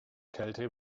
kälte